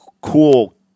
cool